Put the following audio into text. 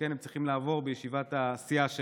שכן הם צריכים לעבור בישיבת הסיעה שלנו,